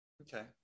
Okay